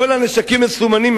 "כל הנשקים מסומנים",